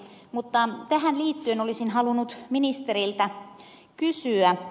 mutta tähän liittyen olisin halunnut ministeriltä kysyä